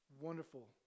wonderful